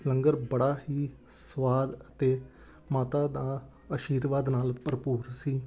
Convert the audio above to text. ਲੰਗਰ ਬੜਾ ਹੀ ਸਵਾਦ ਅਤੇ ਮਾਤਾ ਦਾ ਆਸ਼ੀਰਵਾਦ ਨਾਲ ਭਰਪੂਰ ਸੀ